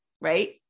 right